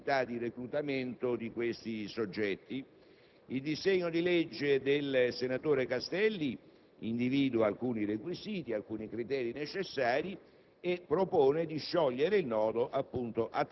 nell'individuare le caratteristiche e le modalità di reclutamento di questi soggetti. Il disegno di legge fatto proprio dal senatore Castelli individua alcuni requisiti, alcuni criteri necessari